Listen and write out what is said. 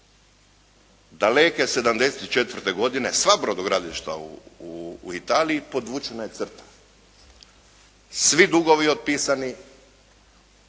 Daleke 74. godine sva brodogradilišta u Italiji podvučena je crta. Svi dugovi otpisani